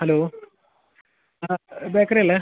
hello ആ ബേക്കറിയല്ലേ